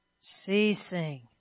ceasing